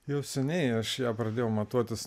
jau seniai aš ją pradėjau matuotis